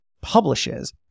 publishes